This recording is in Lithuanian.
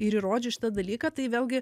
ir įrodžius šitą dalyką tai vėlgi